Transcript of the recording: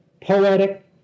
poetic